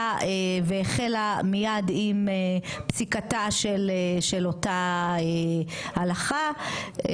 שעלתה והחלה מיד עם פסיקתה של אותה הלכה.